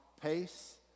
pace